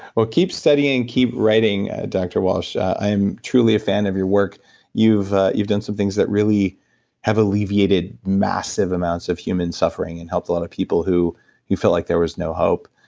well, keep studying, keep writing dr. walsh. i am truly a fan of your work you've you've done some things that really have alleviated massive amounts of human suffering, and helped a lot of people who you felt like there was no hope.